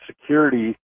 security